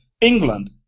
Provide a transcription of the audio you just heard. England